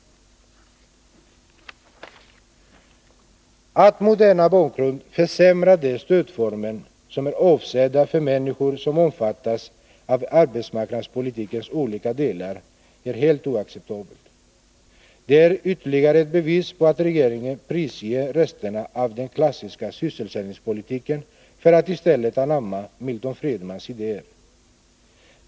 Att mot denna bakgrund försämra de stödformer som är avsedda för människor som omfattas av arbetsmarknadspolitikens olika delar är helt oacceptabelt. Det är ytterligare ett bevis på att regeringen prisger resterna av den klassiska sysselsättningspolitiken för att i stället anamma Milton Friedmans idéer.